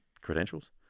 credentials